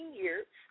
years